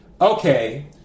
Okay